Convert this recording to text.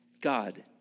God